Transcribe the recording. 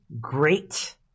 Great